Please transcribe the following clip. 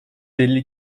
elli